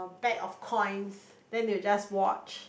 bag of coins than you just watch